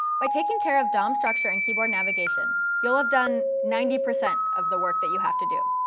by taking care of dom structure and keyboard navigation, you'll have done ninety percent of the work that you have to do.